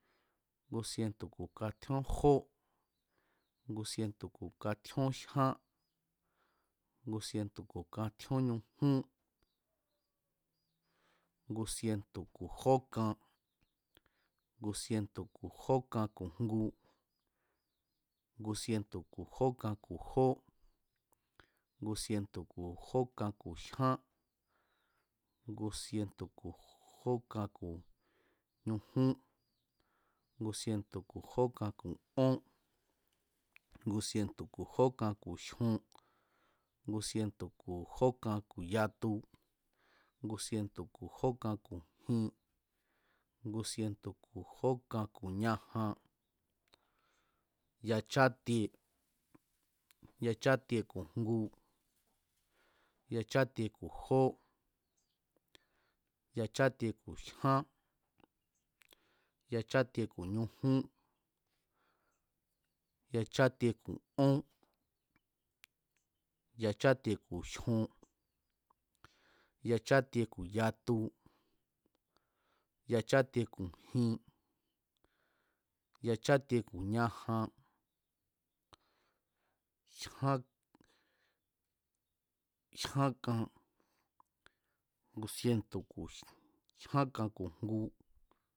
Ngu sinetu̱ kátjíón jó, ngu sientu̱ ku̱ katjíón jyán, ngu sientu̱ ku̱ katjíó ñujún, ngu sinetu̱ ku̱ jókan, ngu sientu̱ ku̱ jókan ku̱ ngu, ngu sientu̱ ku̱ jókan ku̱ jó, ngu sientu̱ ku̱ jókan ku̱ jyan, ngu sientu̱ ku̱ jókan ku̱ ñujún, ngu sientu̱ ku̱ jókan ku̱ ó, ngu sientu̱ ku̱ jókan ku̱ jyon, ngu sientu̱ ku̱ jokan ku̱ yatu, ngu sientu ku̱ jókan ku̱ jin, ngu sientu̱ ku̱ jókan ku̱ ñajan, yáchátie yachátie ku̱ jó, yachátie ku̱ jyán, yachátie ku̱ ñujún, yachátie ku̱ ón, yachátie ku̱ jyon, yachátie ku̱ yatu, yachátie ku̱ jin, yachátie ku̱ ñajan, jyan, ngu sientu̱ ku̱ jyan kan, ngu sientu̱ ku̱ jyankan ku̱ ngu